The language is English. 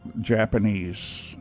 Japanese